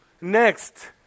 next